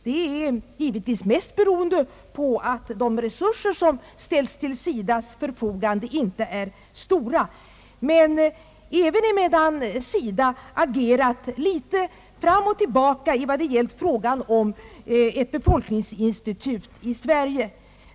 Det är givetvis mest beroende på att de resurser som ställs till SIDA:s förfogande inte är stora men även på att SIDA agerat litet fram och tillbaka i vad det gällt frågan om ett befolkningsinstitut i Sverige.